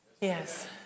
Yes